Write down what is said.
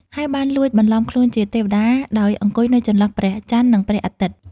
ហើយបានលួចបន្លំខ្លួនជាទេវតា ដោយអង្គុយនៅចន្លោះព្រះចន្ទ និងព្រះអាទិត្យ។